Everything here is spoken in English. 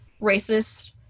racist